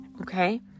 okay